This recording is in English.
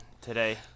today